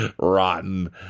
rotten